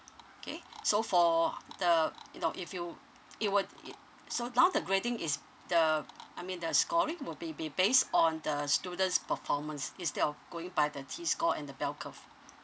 okay so for the you know if you it would it so now the grading is the I mean the scoring will be be based on the students' performance instead of going by the T score and the bell curve